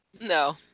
No